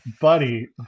buddy